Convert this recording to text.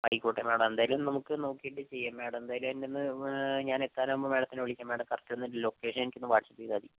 ആയിക്കോട്ടേ മാഡം എന്തായാലും നമുക്ക് നോക്കിയിട്ട് ചെയ്യാം മാഡം എന്തായാലും എന്നെയൊന്നു ഞാനെത്താറാകുമ്പോൾ മാഡത്തിനെ വിളിക്കാം മാഡം കറക്റ്റ് ഒന്നു ലൊക്കേഷൻ എനിക്കൊന്നു വാട്ട്സപ്പ് ചെയ്താൽ മതി